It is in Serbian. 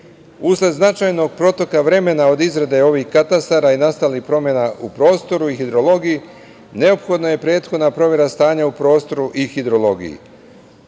značajnog protoka vremena od izrade ovih katastara i nastalih promena u prostoru i hidrologiji, neophodna je prethodna provera stanja u prostoru i hidrologiji.